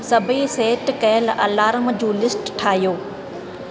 सभई सेट कयलु अलाराम जूं लिस्ट ठाहियो